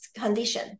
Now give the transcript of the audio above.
condition